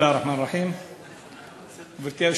ארבעה ימים בבונקר.